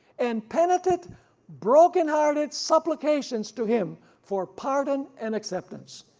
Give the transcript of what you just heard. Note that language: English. and penitent brokenhearted supplications to him for pardon and acceptance.